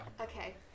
Okay